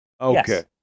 Okay